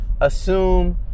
assume